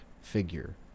figure